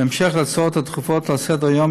בהמשך להצעות הדחופות לסדר-היום,